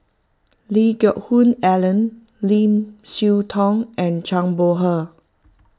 Lee Geck Hoon Ellen Lim Siah Tong and Zhang Bohe